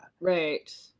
Right